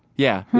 yeah.